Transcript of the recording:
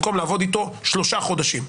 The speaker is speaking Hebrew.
במקום לעבוד איתו שלושה חודשים.